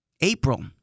April